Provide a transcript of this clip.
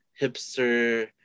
hipster